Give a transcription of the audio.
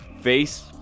Face